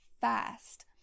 fast